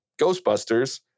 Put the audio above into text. Ghostbusters